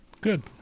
good